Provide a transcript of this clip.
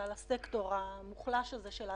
אותו דבר,